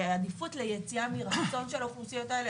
ליציאה מרצון של האוכלוסיות האלה.